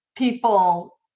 people